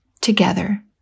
together